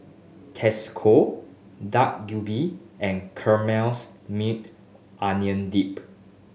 Tasco Dak Galbi and Onion Dip